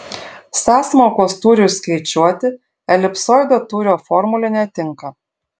sąsmaukos tūriui skaičiuoti elipsoido tūrio formulė netinka